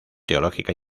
teológica